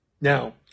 Now